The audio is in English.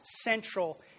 central